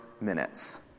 minutes